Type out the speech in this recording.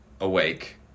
awake